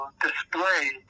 display